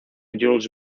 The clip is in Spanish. jules